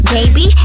Baby